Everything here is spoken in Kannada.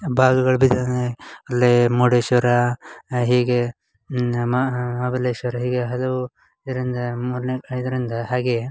ಭಾಗಗಳು ಬಿದ್ದಿದ್ದು ಅಲ್ಲಿ ಮುರುಡೇಶ್ವರ ಹೀಗೆ ನ ಮಹಾಬಲೇಶ್ವರ ಹೀಗೆ ಹಲವು ಇದರಿಂದ ಮೂರನೇ ಇದರಿಂದ ಹಾಗೆ